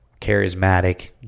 charismatic